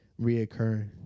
reoccurring